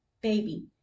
baby